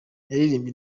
yaririmbye